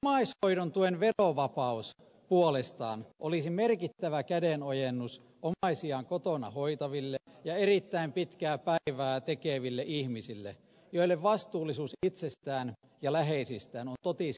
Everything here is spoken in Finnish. omaishoidon tuen verovapaus puolestaan olisi merkittävä kädenojennus omaisiaan kotona hoitaville ja erittäin pitkää päivää tekeville ihmisille joille vastuullisuus itsestään ja läheisistään on totisinta totta